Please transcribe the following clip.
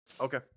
okay